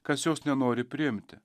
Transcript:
kas jos nenori priimti